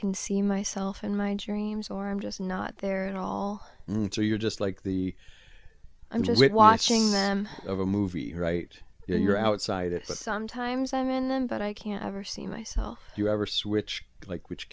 can see myself in my dreams or i'm just not there at all so you're just like the i'm just watching them of a movie right you're outside it sometimes i'm in them but i can't ever see myself you ever switch like which